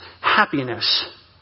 happiness